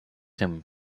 him